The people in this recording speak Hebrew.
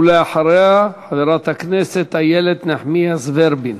ולאחריה, חברת הכנסת איילת נחמיאס ורבין.